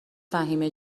فهیمه